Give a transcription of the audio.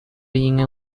being